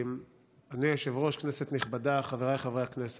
אדוני היושב-ראש, כנסת נכבדה, חבריי חברי הכנסת,